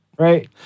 Right